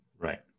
Right